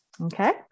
Okay